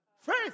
Faith